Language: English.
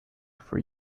for